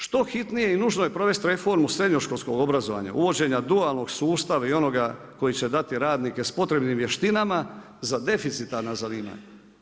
Što hitnije i nužno je provesti reformu srednjoškolskog obrazovanja, uvođenja dualnog sustava i onoga koji će dati radnike sa potrebnim vještinama za deficitarna zanimanja.